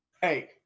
Hey